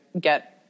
get